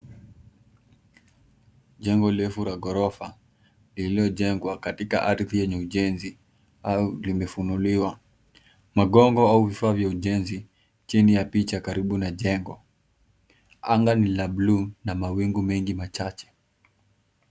Jengo refu la ghorofa, liliyojengwa katika ardhi yenye ujenzi au limefunuliwa. Magongo au vifaa vya ujenzi, chini ya picha, karibu na jengo. Anga ni la bluu na mawingu mengi machache.